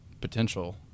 potential